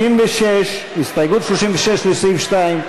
הסתייגות 36 לסעיף 2,